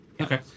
Okay